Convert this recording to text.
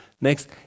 Next